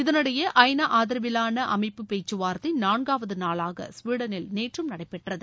இதனிடையே ஐநா ஆதரவிலான அமைதி பேச்சுவார்தை நான்காவது நாளாக கவிடனில் நேற்றம் நடைபெற்றது